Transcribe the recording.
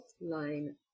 line